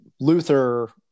Luther